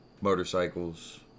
motorcycles